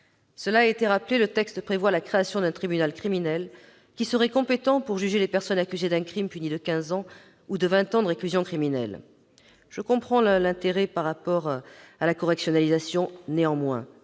Cela a été rappelé, le texte prévoit la création d'un tribunal criminel qui serait compétent pour juger les personnes accusées d'un crime puni de quinze ans ou de vingt ans de réclusion criminelle. Je comprends l'intérêt de cette mesure par rapport à la correctionnalisation. Néanmoins,